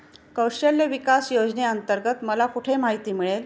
कौशल्य विकास योजनेअंतर्गत मला कुठे माहिती मिळेल?